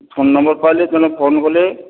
phone number ପାଇଲି ତେଣୁ phone କଲି